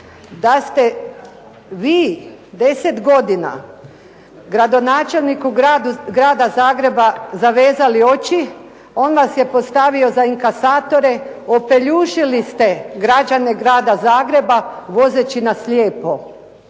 Da ste vi 10 godina gradonačelniku Grada Zagreba zavezali oči, on vas je postavio za inkasatore, opeljušili ste građane Grada Zagreba, vozeći na slijepo.